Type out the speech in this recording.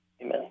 Amen